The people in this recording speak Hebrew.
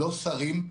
לא שרים,